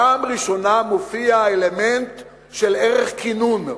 פעם ראשונה מופיע האלמנט של ערך כינון.